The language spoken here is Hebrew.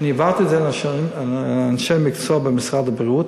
אני העברתי את זה לאנשי מקצוע במשרד הבריאות,